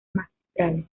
magistrales